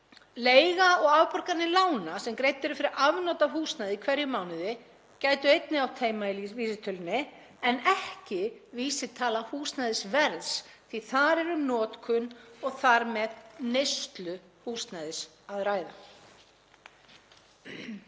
Leiga og afborganir lána sem greiddar eru fyrir afnot af húsnæði í hverjum mánuði gætu einnig átt heima í vísitölunni en ekki vísitala húsnæðisverðs því að þar er um notkun og þar með neyslu húsnæðis að ræða.